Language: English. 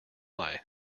lie